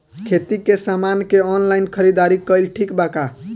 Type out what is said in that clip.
खेती के समान के ऑनलाइन खरीदारी कइल ठीक बा का?